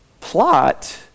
plot